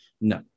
No